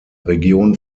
region